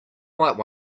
might